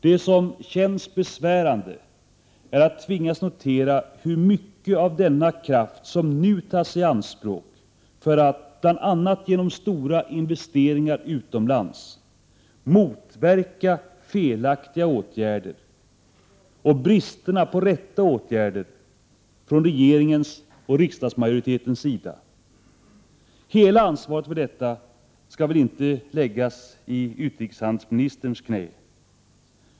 Det som känns besvärande är att tvingas notera, hur mycket av denna kraft som nu tas i anspråk för att, bl.a. genom stora investeringar utomlands, motverka felaktiga åtgärder och bristerna på rätta åtgärder från regeringens och riksdagsmajoritetens sida. Hela ansvaret för detta skall väl inte läggas i utrikeshandelsministerns knä.